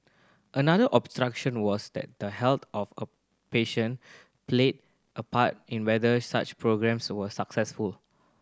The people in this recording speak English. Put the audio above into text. another was that the health of a patient played a part in whether such programmes were successful